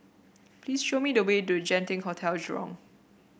please show me the way to Genting Hotel Jurong